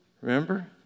Remember